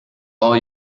all